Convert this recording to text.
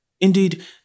Indeed